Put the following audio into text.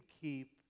keep